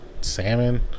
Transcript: salmon